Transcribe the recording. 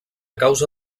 causa